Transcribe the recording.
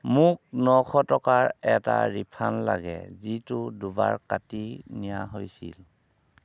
মোক নশ টকাৰ এটা ৰিফাণ্ড লাগে যিটো দুবাৰ কাটি নিয়া হৈছিল